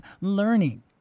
learning